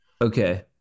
Okay